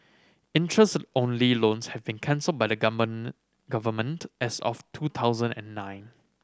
interest only loans have been cancelled by the Government as of two thousand and nine